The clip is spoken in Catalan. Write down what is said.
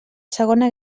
segona